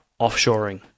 offshoring